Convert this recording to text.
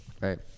Right